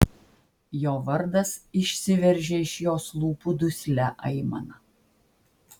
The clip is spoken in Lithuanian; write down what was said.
jo vardas išsiveržė iš jos lūpų duslia aimana